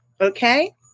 Okay